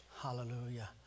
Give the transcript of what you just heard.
Hallelujah